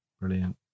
Brilliant